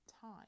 time